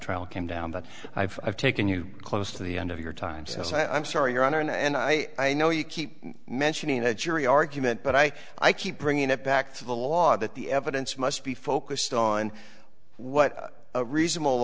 trial came down but i've taken you close to the end of your time so i'm sorry your honor and i know you keep mentioning the jury argument but i i keep bringing it back to the law that the evidence must be focused on what a reasonable